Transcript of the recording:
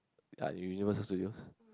uh Universal-Studios